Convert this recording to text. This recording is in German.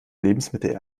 lebensmittel